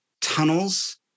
tunnels